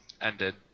ended